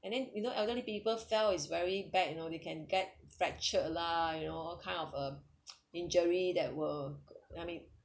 and then you know elderly people fell is very bad you know they can get fractured lah you know all kind of a injury that will I mean